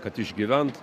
kad išgyvent